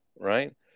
right